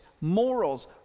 morals